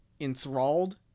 enthralled